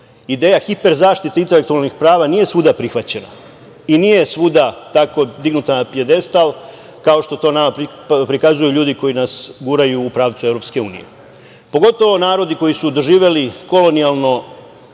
ideja hiper zaštite intelektualnih prava nije svuda prihvaćena i nije svuda tako dignuta na pijadestal, kao što to nama prikazuju ljudi koji nas guraju u pravcu EU. Pogotovo narodi koji su doživeli kolonijalno